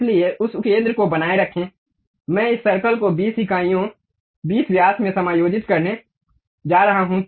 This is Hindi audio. इसलिए उस केंद्र को बनाए रखें मैं इस सर्कल को 20 इकाइयों 20 व्यास में समायोजित करने जा रहा हूं